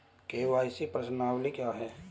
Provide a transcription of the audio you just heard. KYC प्रश्नावली क्या है?